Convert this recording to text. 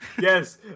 Yes